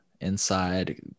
inside